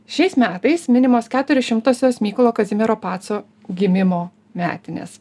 šiais metais minimos keturišimtosios mykolo kazimiero paco gimimo metinės